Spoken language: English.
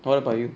what about you